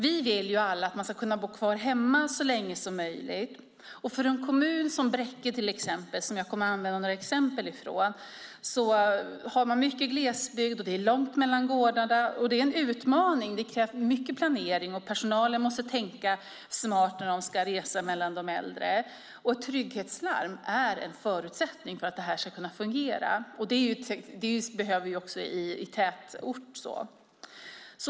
Vi vill ju alla att man ska kunna bo kvar hemma så länge som möjligt. För en kommun som Bräcke, som jag kommer att ta några exempel ifrån, där man har mycket glesbygd och där det är långt mellan gårdarna är det en utmaning. Det krävs mycket planering, och personalen måste tänka smart när de ska resa mellan de äldre. Trygghetslarm är en förutsättning för att det ska kunna fungera. Det behövs också i tätort.